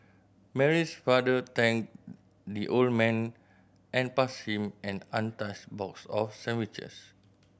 Mary's father thanked the old man and passed him an untouched box of sandwiches